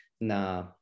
na